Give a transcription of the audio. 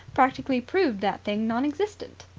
practically proved that thing non-existent.